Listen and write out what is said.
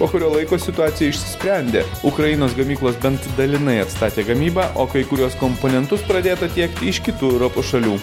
po kurio laiko situacija išsisprendė ukrainos gamyklos bent dalinai atstatė gamybą o kai kuriuos komponentus pradėta tiekt iš kitų europos šalių